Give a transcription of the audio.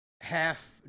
half